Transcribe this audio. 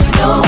no